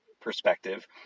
perspective